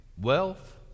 Wealth